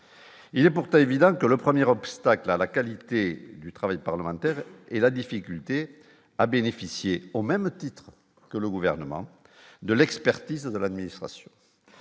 il est pourtant évident que le premier obstacle à la qualité du travail parlementaire et la difficulté à bénéficier au même titre que le gouvernement de l'expertise de l'administration,